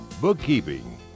bookkeeping